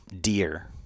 deer